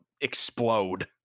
explode